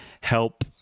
help